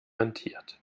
rentiert